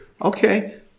Okay